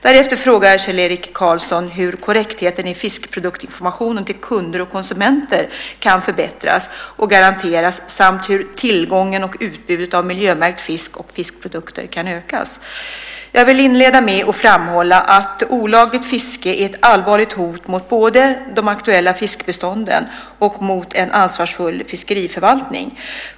Därefter frågar Kjell-Erik Karlsson hur korrektheten i fiskproduktinformationen till kunder och konsumenter kan förbättras och garanteras samt hur tillgången på och utbudet av miljömärkt fisk och fiskprodukter kan ökas. Jag vill inleda med att framhålla att olagligt fiske är ett allvarligt hot mot både de aktuella fiskbestånden och en ansvarsfull fiskeriförvaltning.